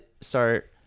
start